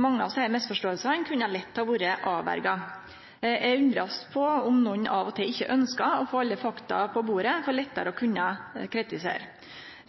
Mange av desse misforståingane kunne lett ha vore unngått. Eg undrast på om nokon av og til ikkje ønskjer å få alle fakta på bordet, for lettare å kunne kritisere.